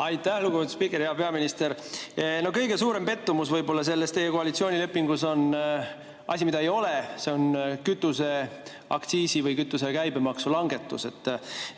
Aitäh, lugupeetud spiiker! Hea peaminister! No kõige suurem pettumus võib-olla selles teie koalitsioonilepingus on asi, mida ei ole – see on kütuseaktsiisi või kütuse käibemaksu langetus.